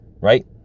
right